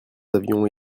avions